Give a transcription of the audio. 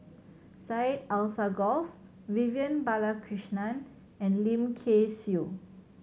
Syed Alsagoff Vivian Balakrishnan and Lim Kay Siu